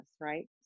right